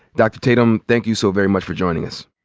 dr. tatum, thank you so very much for joining us.